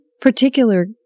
particular